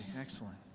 excellent